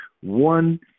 one